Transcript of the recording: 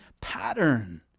pattern